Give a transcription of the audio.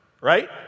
right